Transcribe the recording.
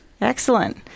Excellent